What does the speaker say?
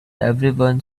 everyone